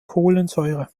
kohlensäure